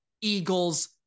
Eagles